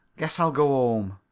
guess i'll go home.